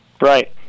right